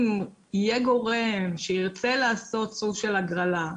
אם יהיה גורם שירצה לעשות סוג של הגרלה,